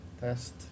test